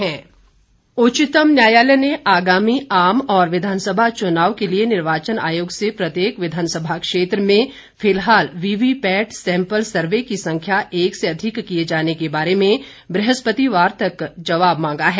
VVPAT उच्चतम न्यायालय ने आगामी आम और विधानसभा चुनाव के लिए निर्वाचन आयोग से प्रत्येक विधानसभा क्षेत्र में फिलहाल वीवीपैट सैंपल सर्वे की संख्या एक से अधिक किए जाने के बारे में बृहस्पतिवार तक जवाब मांगा है